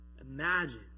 imagine